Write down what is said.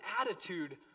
attitude